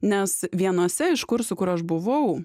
nes vienuose iš kursų kur aš buvau